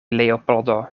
leopoldo